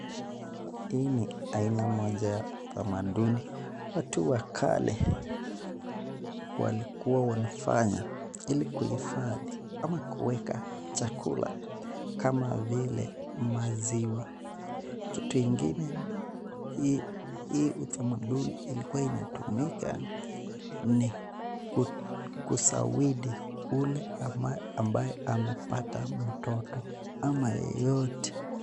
Hii ni aiana moja ya utamaduni watu wa kale walikuwa wanafanya ilikuhifadhi ama kuweka chakula kama vile maziwa. Kitu ingine hii utamaduni ilikuwa inatumika ni kuzawadi yule ambaye amepata mtoto ama yeyote.